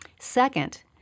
Second